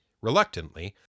Reluctantly